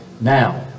now